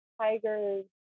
tigers